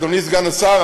אדוני סגן השר,